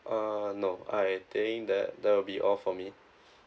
uh no I think that that will be all for me